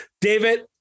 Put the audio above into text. David